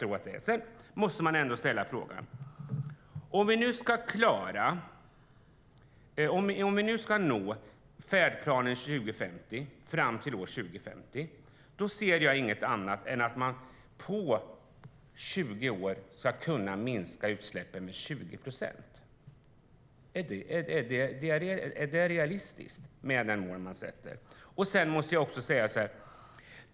Om vi nu ska nå målen i Färdplan 2050 fram till år 2050 ser jag inget annat än att man på 20 år måste kunna minska utsläppen med 20 procent. Är det realistiskt med det mål man sätter upp?